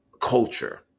culture